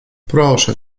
proszę